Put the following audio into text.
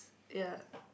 ya